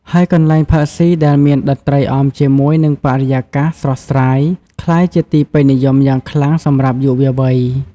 ហើយកន្លែងផឹកស៊ីដែលមានតន្ត្រីអមជាមួយនិងបរិយាកាសស្រស់ស្រាយ ក្លាយជាទីពេញនិយមយ៉ាងខ្លាំងសម្រាប់យុវវ័យ។